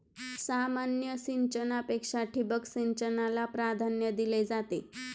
सामान्य सिंचनापेक्षा ठिबक सिंचनाला प्राधान्य दिले जाते